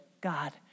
God